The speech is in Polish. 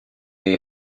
jej